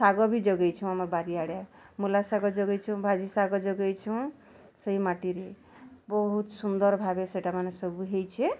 ଶାଗ ବି ଯୋଗେଇଛୁଁ ଆମର୍ ବାଡ଼ି ଆଡ଼େ ମୂଲା ଶାଗ ଯୋଗେଇଛୁଁ ଭାଜି ଶାଗ ଯୋଗେଇଛୁଁ ସେହି ମାଟିରେ ବହୁତ୍ ସୁନ୍ଦର୍ ଭାବେ ସେଇଟାମାନେ ସବୁ ହେଇଛି